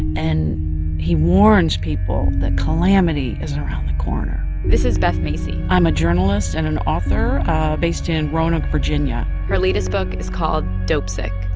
and he warns people that calamity is around the corner this is beth macy i'm a journalist and an author based in roanoke, va yeah her latest book is called dopesick.